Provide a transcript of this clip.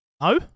No